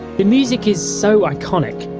the music is so iconic,